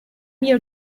your